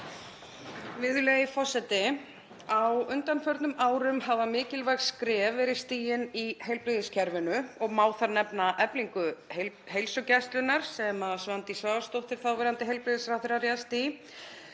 Virðulegi forseti. Á undanförnum árum hafa mikilvæg skref verið stigin í heilbrigðiskerfinu og má þar nefna eflingu heilsugæslunnar sem Svandís Svavarsdóttir, þáverandi heilbrigðisráðherra, réðst í.